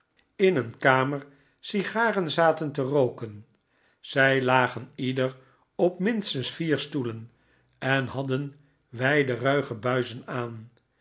in een kamer sigaren zaten te rooken zij lagen ieder op minstens vier stoelen en hadden wijde rulge buizen aan